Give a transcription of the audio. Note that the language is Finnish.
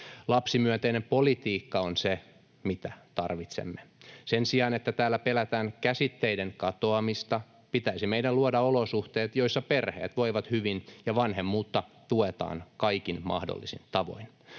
Lapsimyönteinen politiikka on se, mitä tarvitsemme. Sen sijaan, että täällä pelätään käsitteiden katoamista, pitäisi meidän luoda olosuhteet, joissa perheet voivat hyvin ja vanhemmuutta tuetaan kaikin mahdollisin tavoin.